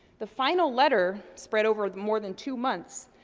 the final letter spread over more than two months.